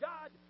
God